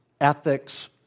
ethics